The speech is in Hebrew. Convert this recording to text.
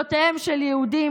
הייתכן שהם ילינו על כך שבית נבנה,